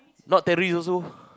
not terrorist also